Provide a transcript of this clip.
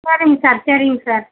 போதுங்க சார் சரிங் சார்